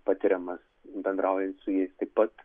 patiriamas bendraujant su jais taip pat